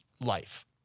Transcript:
life